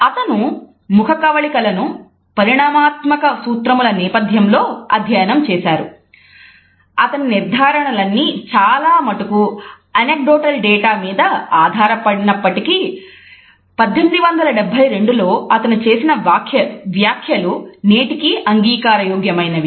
అతని నిర్ధారణలన్నీచాలామటుకు anecdotal data మీద ఆధారమైనప్పటికీ 1872 లో అతను చేసిన వ్యాఖ్యలు నేటికీ అంగీకారయోగ్యమైనవి